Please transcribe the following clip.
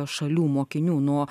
šalių mokinių nuo